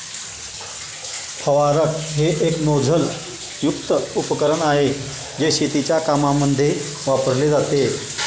फवारक हे एक नोझल युक्त उपकरण आहे, जे शेतीच्या कामांमध्ये वापरले जाते